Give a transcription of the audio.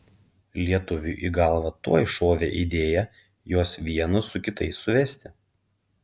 lietuviui į galvą tuoj šovė idėja juos vienus su kitais suvesti